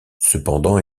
cependant